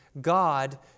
God